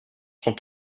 son